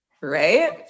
Right